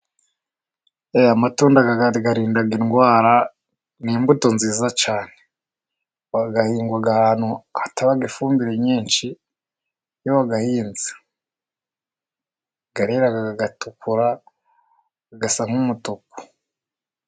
Aya matunda arinda indwara ,ni imbuto nziza cyane ,ahingwa ahantu hataba ifumbire nyinshi. Iyo bayahinze aratukura agasa nk'umutuku.